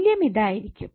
മൂല്യം ഇതായിരിക്കും